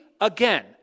again